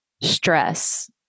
stress